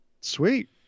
Sweet